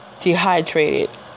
dehydrated